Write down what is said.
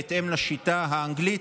בהתאם לשיטה האנגלית,